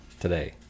today